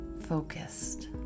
focused